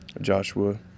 Joshua